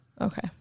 Okay